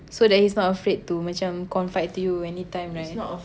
so that he's not afraid to macam confide to you anytime right